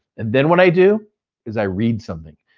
and then what i do is i read something.